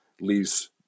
leaves